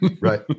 Right